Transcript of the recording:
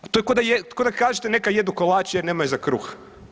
To je ko da kažete „neka jedu kolače jer nemaju za kruh“